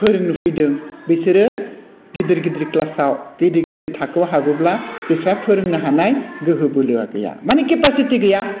फोरोंनो फैदों बिसोरो गिदिर गिदिर क्लासाव गिदिर गिदिर थाखोआव हाबोब्ला बिस्रा फोरोंनो हानाय गोहो बोलोआ गैया माने केपासिटि गैया